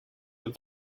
with